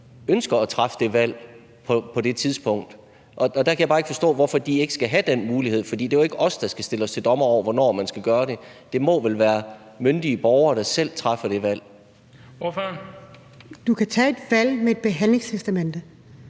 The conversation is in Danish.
ønsker at træffe det valg på det tidspunkt. Og der kan jeg bare ikke forstå, hvorfor de ikke skal have den mulighed. For det er jo ikke os, der skal stille os til dommer over, hvornår man skal gøre det. Det må vel være myndige borgere, der selv træffer det valg. Kl. 17:03 Den fg. formand (Bent